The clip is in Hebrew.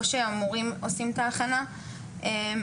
או שהמורים עושים את ההכנה מראש,